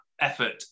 effort